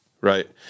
Right